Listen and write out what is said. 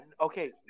okay